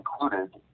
included